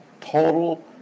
Total